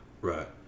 right